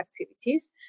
activities